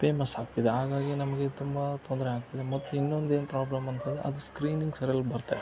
famous ಆಗ್ತಿದೆ ಹಾಗಾಗಿ ನಮಗೆ ತುಂಬ ತೊಂದರೆ ಆಗ್ತಿದೆ ಮತ್ತು ಇನ್ನೊಂದು ಏನು ಪ್ರಾಬ್ಲಮ್ ಅಂತಂದ್ರೆ ಅದು ಸ್ಕ್ರೀನಿಂಗ್ ಸರ್ಯಾಗಿ ಬರ್ತಾ ಇಲ್ಲ